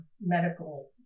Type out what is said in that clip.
medical